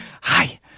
hi